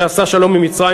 שעשה שלום עם מצרים.